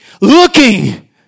looking